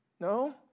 No